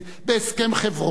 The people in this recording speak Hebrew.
בהסכם חברון,